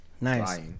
Nice